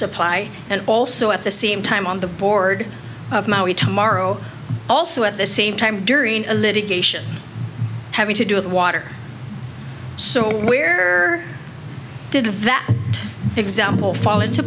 supply and also at the same time on the board of maui tomorrow also at the same time during the litigation having to do with water so where did that example fall into